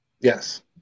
Yes